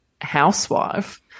housewife